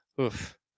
Oof